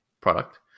product